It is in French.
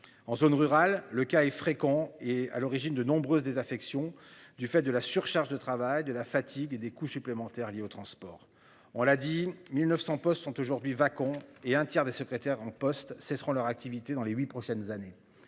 en zone rurale. Le cas est fréquent, est à l'origine de nombreuses désaffection du fait de la surcharge de travail, de la fatigue et des coûts supplémentaires liés aux transports. On l'a dit, 1900 postes sont aujourd'hui vacants et un tiers des secrétaires en poste cesseront leur activité dans les 8 prochaines années.